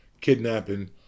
kidnapping